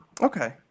Okay